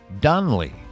Donnelly